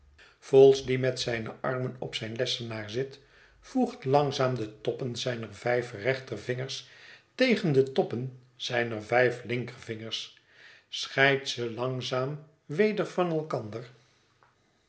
die met zijne armen op zijn lessenaar zit voegt langzaam de toppen zijner vijf rechtervingers tegen de toppen zijner vijf linkervingers scheidt ze langzaam weder van elkander